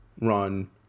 run